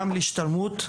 גם להשתלמות,